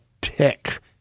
tech